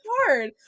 hard